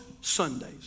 Sundays